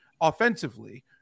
offensively